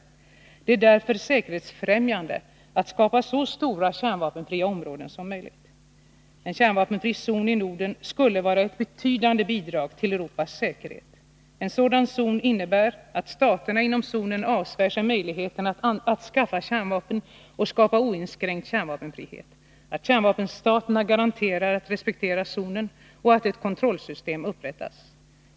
Det är därför säkerhetsfrämjande att skapa så stora kärnvapenfria områden som möjligt. En kärnvapenfri zon i Norden skulle vara ett betydande bidrag till Europas säkerhet. En sådan zon innebär att staterna inom zonen avsvär sig möjligheten att skaffa kärnvapen och skapa oinskränkt kärnvapenfrihet, att kärnvapenstaterna garanterar att respektera zonen och att ett kontrollsystem upprättas.